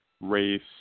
race